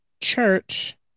church